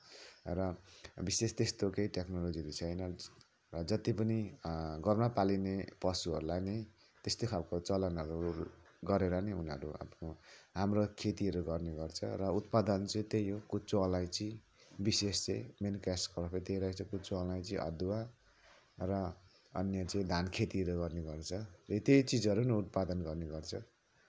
र विशेष त्यस्तो केही टेक्नोलोजी त छैन जति पनि घरमा पालिने पशुहरूलाई नै त्यस्तै खालको चलनहरू गरेर नै उनीहरू अब हाम्रो खेतीहरू गर्ने गर्छ र उत्पादन चाहिँ त्यही हो कुच्चो अलैँची विशेष चाहिँ मेन क्यास क्रपै त्यही रहेछ कुच्चो अलैँची अदुवा र अन्य चाहिँ धान खेतीहरू गर्ने गर्छ र त्यही चिजहरू नै उत्पादन गर्ने गर्छ